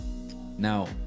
now